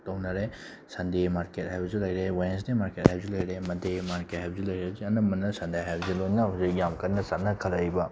ꯇꯧꯅꯔꯦ Sunday market ꯍꯥꯏꯕꯁꯨ ꯂꯩꯔꯦ ꯋꯥꯏꯅꯁꯗꯦ ꯃꯥꯔꯀꯦꯠ ꯍꯥꯏꯕꯁꯨ ꯂꯩꯔꯦ ꯃꯟꯗꯦ ꯃꯥꯔꯀꯦꯠ ꯍꯥꯏꯕꯁꯨ ꯂꯩꯔꯦ ꯁꯤ ꯑꯅꯝꯕꯅ ꯁꯟꯗꯦ ꯍꯥꯏꯕꯁꯤ ꯂꯣꯏꯅ ꯍꯧꯖꯤꯛ ꯌꯥꯝ ꯀꯟꯅ ꯆꯠꯅꯈꯜꯂꯛꯏꯕ